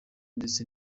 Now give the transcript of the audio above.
ndetse